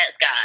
God